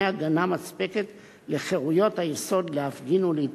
הגנה מספקת לחירויות היסוד להפגין ולהתבטא.